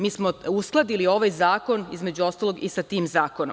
Mi smo uskladili ovaj zakon, između ostalog, i sa tim zakonom.